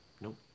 Nope